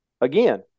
again